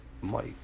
Mike